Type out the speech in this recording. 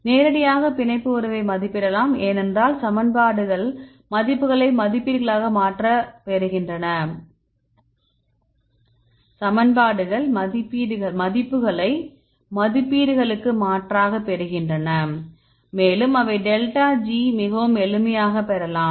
நேரடியாக பிணைப்பு உறவை மதிப்பிடலாம் ஏனென்றால் சமன்பாடுகள் மதிப்புகளை மதிப்பீடுகளுக்கு மாற்றாகப் பெறுகின்றன மேலும் அவை டெல்டா G மிகவும் எளிமையாக பெறலாம்